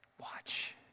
Watch